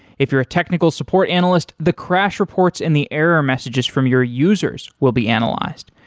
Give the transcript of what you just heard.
if you're technical support analyst, the crash reports and the error messages from your users will be analyzed.